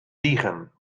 liegen